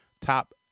top